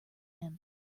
him